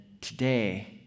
today